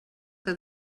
que